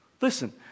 Listen